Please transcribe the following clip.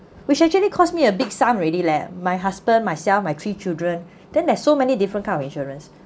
which actually cause me a big sum ready leh my husband myself my three children then there's so many different kind of insurance